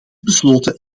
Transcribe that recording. besloten